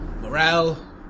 morale